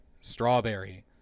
strawberry